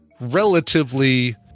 relatively